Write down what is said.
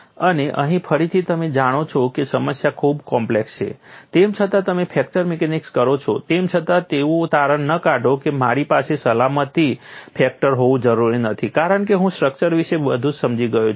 અને અહીં ફરીથી તમે જાણો છો કે સમસ્યા ખૂબ કોમ્પ્લેક્સ છે તેમ છતાં તમે ફ્રેક્ચર મિકેનિક્સ કરો છો તેમ છતાં એવું તારણ ન કાઢો કે મારી પાસે સલામતી ફેક્ટર હોવું જરૂરી નથી કારણ કે હું સ્ટ્રક્ચર વિશે બધું જ સમજી ગયો છું